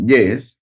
Yes